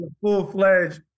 full-fledged